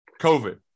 COVID